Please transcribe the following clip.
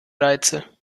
reize